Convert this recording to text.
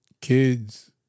kids